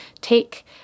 take